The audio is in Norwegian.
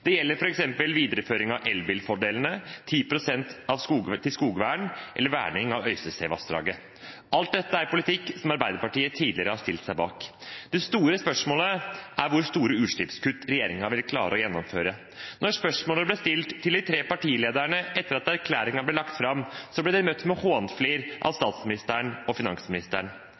Det gjelder f.eks. videreføring av elbilfordelene, 10 pst. til skogvern, eller verning av Øystesevassdraget. Alt dette er politikk som Arbeiderpartiet tidligere har stilt seg bak. Det store spørsmålet er hvor store utslippskutt regjeringen vil klare å gjennomføre. Da spørsmålet ble stilt til de tre partilederne etter at erklæringen ble lagt fram, ble det møtt med hånflir av statsministeren og finansministeren.